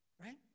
Right